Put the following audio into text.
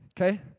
Okay